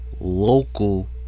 local